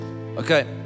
Okay